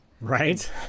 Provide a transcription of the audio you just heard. Right